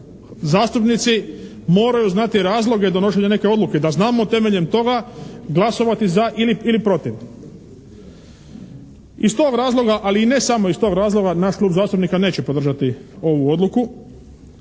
Zastupnici moraju znati razloge donošenja neke odluke. Da znamo temeljem toga glasovati za ili protiv. Iz tog razloga ali i ne samo iz tog razloga naš Klub zastupnika neće podržati ovu odluku,